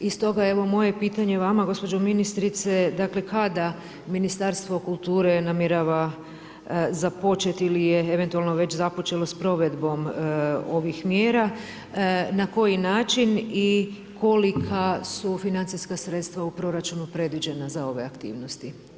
I stoga evo moje pitanje vama gospođo ministrice, kada Ministarstvo kulture namjerava započeti ili eventualno je već započelo s provedbom ovih mjera, na koji način i kolika su financijska sredstva u proračunu predviđena za ove aktivnosti?